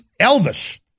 Elvis